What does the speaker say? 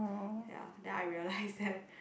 ya then I realized that